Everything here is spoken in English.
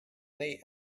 lay